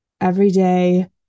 everyday